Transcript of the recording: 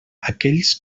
aquells